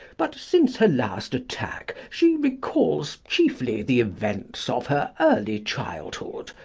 but since her last attack she recalls chiefly the events of her early childhood.